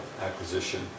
acquisition